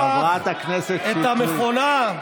את המכונה,